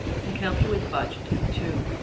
and can help you with budgeting, too.